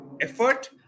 effort